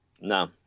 No